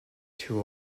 too